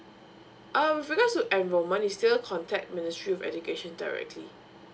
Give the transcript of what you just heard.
um because with enrolment you still need to contact ministry of education directly